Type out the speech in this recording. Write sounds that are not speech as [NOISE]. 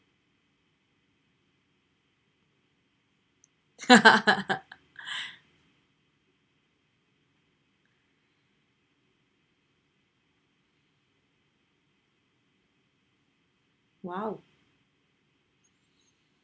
[LAUGHS] !wow!